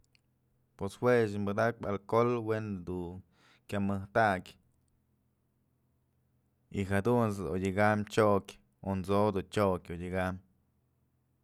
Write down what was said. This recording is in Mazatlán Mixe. Pues juëch padakpyë alcohol we'en jedun kya mëjk takyë y jadunt's odyëkam chyokyë amso'o dun chyok odyëkam.